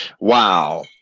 Wow